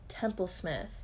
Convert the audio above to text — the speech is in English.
Templesmith